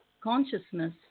consciousness